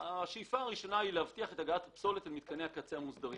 השאיפה הראשונה היא להבטיח את הגעת הפסולת למתקני הקצה המוסדרים.